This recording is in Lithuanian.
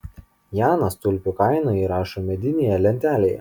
janas tulpių kainą įrašo medinėje lentelėje